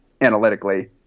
analytically